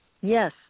Yes